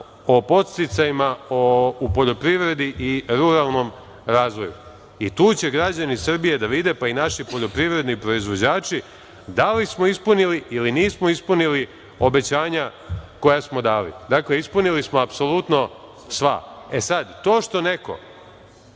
o podsticajima u poljoprivredi i ruralnom razvoju i tu će građani Srbije da vide pa i naši poljoprivredni proizvođači, da li smo ispunili ili nismo ispunili obećanja koja smo dali. Dakle, ispunili smo apsolustno sva, a to što neko